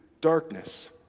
darkness